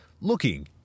looking